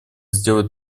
сделает